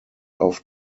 auf